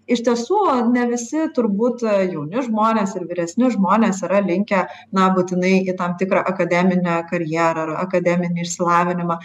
iš tiesų ne visi turbūt jauni žmonės ir vyresni žmonės yra linkę na būtinai į tam tikrą akademinę karjerą ar akademinį išsilavinimą